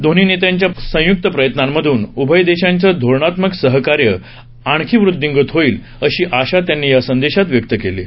दोन्ही नेत्यांच्या संयुक्त प्रयत्नांमधून उभय देशांचं धोरणात्मक सहकार्य आणखी वृद्धिंगत होईल अशी आशा त्यांनी या संदेशात व्यक्त केली आहे